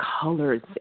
colors